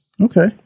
Okay